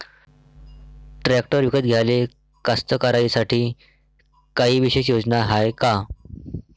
Tractor विकत घ्याले कास्तकाराइसाठी कायी विशेष योजना हाय का?